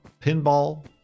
Pinball